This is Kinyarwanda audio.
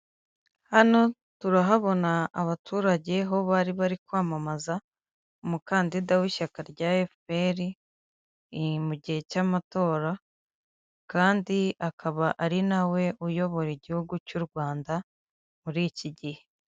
Hano turahabona abaturage ho bari bari kwamamaza umukandida w'ishyaka rya efuperi mu gihe cy'amatora kandi akaba ari nawe we uyobora igihugu cy'u rwanda muri iki gihe.